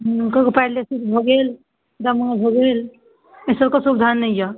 हँ ककरो पैरालाइसिस भऽ गेल दमा भऽ गेल एहिसबके सुविधा नहि यऽ